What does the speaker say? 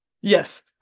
Yes